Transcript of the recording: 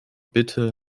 bitte